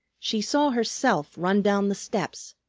she saw herself run down the steps,